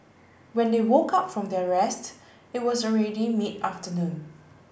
when they woke up from their rest it was already mid afternoon